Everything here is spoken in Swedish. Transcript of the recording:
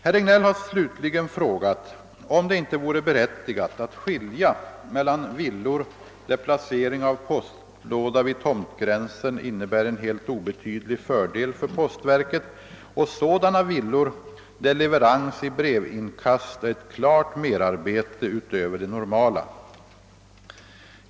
Herr Regnéll har slutligen frågat, om det inte vore berättigat att skilja mellan villor, där placering av postlåda vid tomtgränsen innebär en helt obetydlig fördel för postverket, och sådana villor, där leverans i brevinkast är ett klart merarbete utöver det normala.